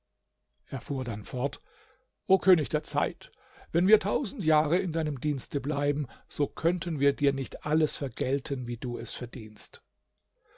er fuhr dann fort o könig der zeit wenn wir tausend jahre in deinem dienste bleiben so könnten wir dir nicht alles vergelten wie du es verdienst